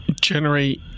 generate